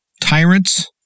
tyrants